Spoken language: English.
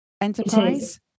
enterprise